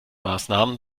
maßnahmen